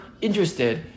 interested